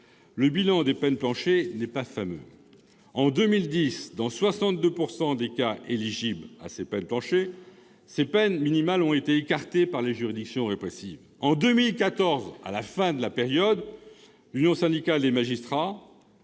planchers, dont le bilan n'est pas fameux. En 2010, dans 62 % des cas éligibles, ces peines minimales ont été écartées par les juridictions répressives. En 2014, à la fin de la période, l'Union syndicale des magistrats